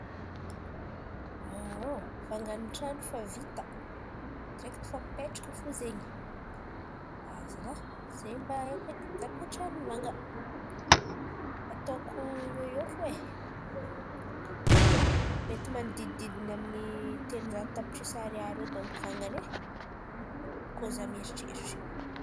Vangan'ny trano efa vita, direkta mipetraka fo zen̈y. Azalahy, zen̈y mba haiko edy izaho bôkà tsy ary nivànga. Ataoko eo ho eo fo e, mety manodididina amin'ny telonjato tapitrisa ariary eo dônko vangany e, kôa izaho mieritreritra.